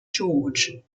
george